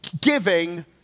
giving